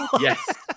Yes